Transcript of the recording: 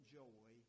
joy